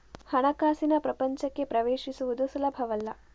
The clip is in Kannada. ಹಣಕಾಸಿನ ಪ್ರಪಂಚಕ್ಕೆ ಪ್ರವೇಶಿಸುವುದು ಸುಲಭವಲ್ಲ